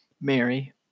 Mary